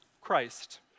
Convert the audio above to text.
Christ